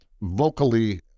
vocally